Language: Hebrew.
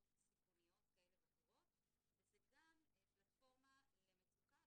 סיכוניות כאלה ואחרות וזה גם פלטפורמה למצוקה,